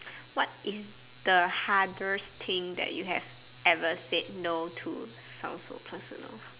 what is the hardest thing that you have ever said no to sounds so personal